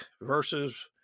versus